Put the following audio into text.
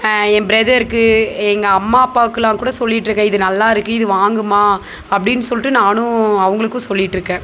என் பிரதர்க்கு எங்கள் அம்மா அப்பாவுக்குலாம் கூட சொல்லிகிட்டுருக்கேன் இது நல்லாயிருக்கு இது வாங்கும்மா அப்படின்னு சொல்லிட்டு நானும் அவங்களுக்கும் சொல்லிகிட்டுருக்கேன்